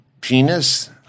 penis